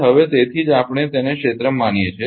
હવે તેથી જ આપણે તેને ક્ષેત્ર માનીએ છીએ